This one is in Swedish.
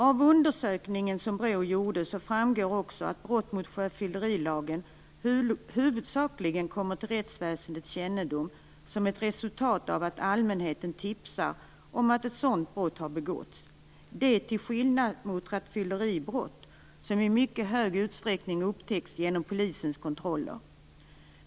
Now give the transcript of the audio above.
Av undersökningen som BRÅ gjorde framgår också att brott mot sjöfyllerilagen huvudsakligen kommer till rättsväsendets kännedom som ett resultat av att allmänheten tipsar om att ett sådant brott har begåtts. Detta gäller till skillnad mot rattfylleribrott, som i mycket stor utsträckning upptäcks genom polisens kontroller.